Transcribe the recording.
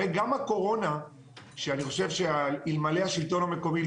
הרי גם הקורונה - אלמלא השלטון המקומי,